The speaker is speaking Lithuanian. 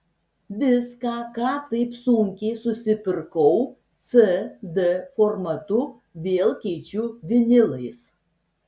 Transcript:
viską ką taip sunkiai susipirkau cd formatu vėl keičiu vinilais